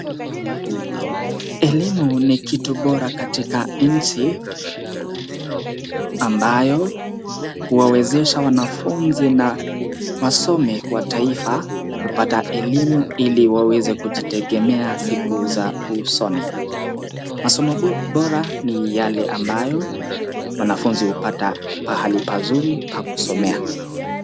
Elimu ni kitu bora katika nchi ambayo huwawezesha wanafunzi na wasomi wa taifa kupata elimu ili waweze kujitegemea kwa siku za usoni. Masomo bora ni yale ambayo wanafunzi hupata pahali pazuri pa kusomea.